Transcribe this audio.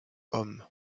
hommes